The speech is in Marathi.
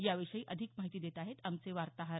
याविषयी अधिक माहिती देत आहेत आमचे वार्ताहर